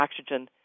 oxygen